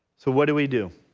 so what do we do?